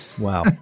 Wow